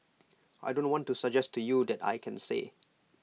I don't want to suggest to you that I can say